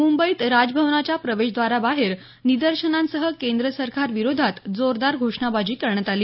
मुंबईत राजभवनाच्या प्रवेशद्वाराबाहेर निदर्शनांसह केंद्र सरकार विरोधात जोरदार घोषणाबाजी करण्यात आली